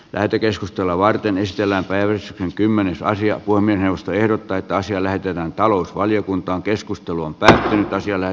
lähetekeskustelua varten selän päälle kymmenen saisi apua puhemiesneuvosto ehdottaa että asia näytetään talousvaliokunta keskustelun päähinettä siellä